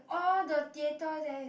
oh the theatre there